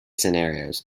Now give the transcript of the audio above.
scenarios